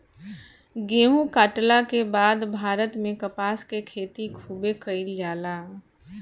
गेहुं काटला के बाद भारत में कपास के खेती खूबे कईल जाला